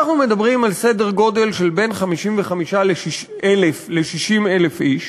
אנחנו מדברים על סדר גודל של בין 55,000 ל-60,000 איש,